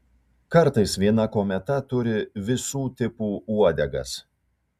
kartais viena kometa turi visų tipų uodegas